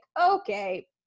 okay